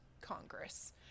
Congress